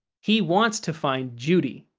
he wants to find judy.